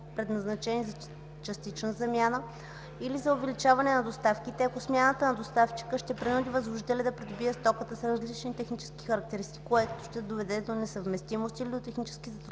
предназначени за частична замяна или за увеличаване на доставките, ако смяната на доставчика ще принуди възложителя да придобие стока с различни технически характеристики, което ще доведе до несъвместимост или до технически затруднения